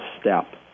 step